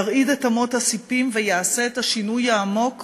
ירעיד את אמות הספים ויעשה את השינוי העמוק